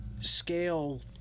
scale